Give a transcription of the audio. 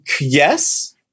Yes